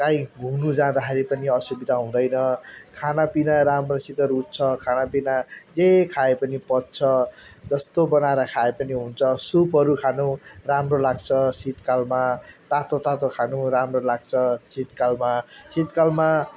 काहीँ घुम्नु जाँदाखेरि पनि असुविधा हुँदैन खानापिना राम्रोसित रुच्छ खानापिना जे खाए पनि पच्छ जस्तो बनाएर खाए पनि हुन्छ सुपहरू खानु राम्रो लाग्छ शीत कालमा तातो तातो खानु राम्रो लाग्छ शीत कालमा शीत कालमा